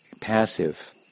passive